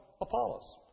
Apollos